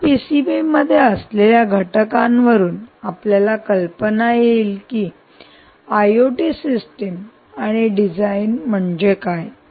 या पीसीबी मध्ये असलेल्या घटकांवरून आपल्याला कल्पना येईल की आयओटी सिस्टम आणि डिझाइन म्हणजे काय